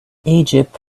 egypt